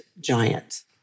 giant